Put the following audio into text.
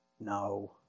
No